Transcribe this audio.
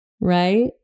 right